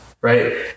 Right